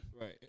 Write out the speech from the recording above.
Right